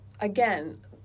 again